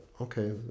okay